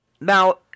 Now